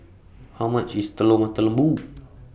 How much IS Telur Mata Lembu